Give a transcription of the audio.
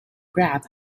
graf